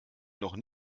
noch